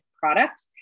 product